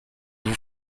vous